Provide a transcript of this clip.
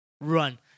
run